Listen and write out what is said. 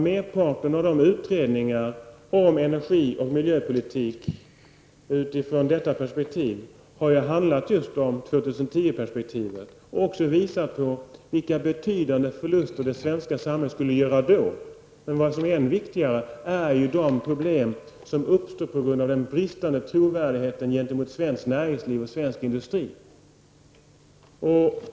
Merparten av de utredningar som gjorts om energioch miljöpolitik har handlat om just 2010 perspektivet och visar på vilka betydande förluster det svenska samhället skulle göra. Men än viktigare är de problem som uppstår på grund av den bristande trovärdigheten gentemot svenskt näringsliv och svensk industri.